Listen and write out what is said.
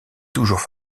toujours